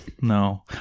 No